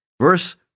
Verse